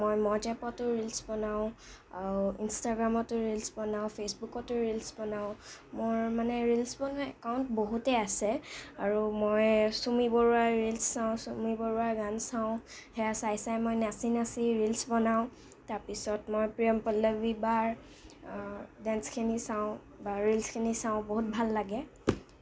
মই মজ এপতো ৰিলচ বনাওঁ আৰু ইনষ্টাগ্ৰামতো ৰিলচ বনাওঁ ফেচবুকতো ৰিলচ বনাওঁ মোৰ মানে ৰিলচ বনোৱা একাউণ্ট বহুতে আছে আৰু মই চুমি বৰুৱাৰ ৰিলচ চাওঁ চুমি বৰুৱাৰ গান চাওঁ সেয়া চাই চাই মই নাচি নাচি ৰিলচ বনাওঁ তাৰপিছত মই প্ৰিয়ম পল্লবী বাৰ ডেন্সখিনি চাওঁ বাৰ ৰিলচখিনি চাওঁ বহুত ভাল লাগে